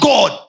God